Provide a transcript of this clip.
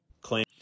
Claim